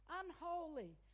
unholy